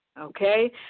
Okay